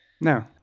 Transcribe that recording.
No